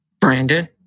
Brandon